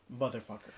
motherfucker